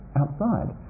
outside